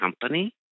company